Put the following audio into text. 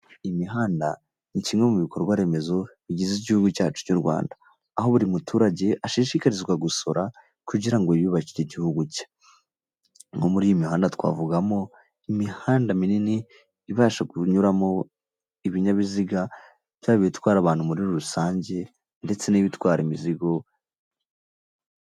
Imihanda ni kimwe mu bikorwa remezo bigize igihugu cyacu cy'u Rwanda. Aho buri muturage ashishikarizwa gusora kugira ngo yiyubakire igihugu cye. Nko muri iyi mihanda twavugamo, imihanda minini ibasha kunyuramo ibinyabiziga, yaba ibitwara abantu muri rusange ndetse n'ibitwara imizigo...